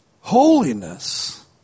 Holiness